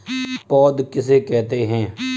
पौध किसे कहते हैं?